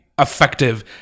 Effective